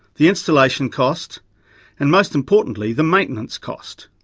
the installation cost and most importantly, the maintenance cost.